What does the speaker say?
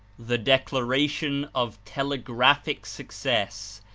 the declaration of telegraphic success,